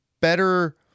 better